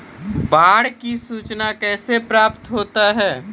बाढ की सुचना कैसे प्राप्त होता हैं?